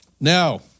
now